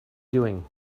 doing